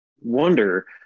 wonder